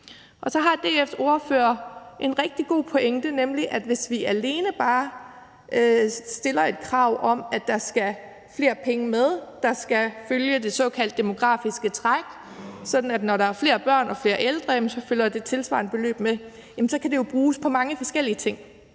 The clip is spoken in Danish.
Så har DF's ordfører en rigtig god pointe, nemlig at hvis vi bare stiller et krav om, at der skal flere penge med, der skal følge det såkaldte demografiske træk, sådan at der, når der er flere børn og flere ældre, følger det tilsvarende beløb med, så kan det jo bruges på mange forskellige ting.